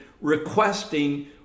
requesting